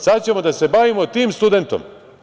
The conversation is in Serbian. Sada ćemo da se bavimo tim studentom.